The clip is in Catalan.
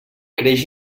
creix